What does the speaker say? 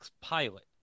pilot